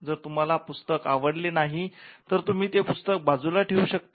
जर तुम्हाला पुस्तक आवडले नाही तर तुम्ही ते पुस्तक बाजूला ठेवून देऊ शकता